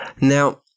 Now